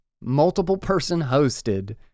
multiple-person-hosted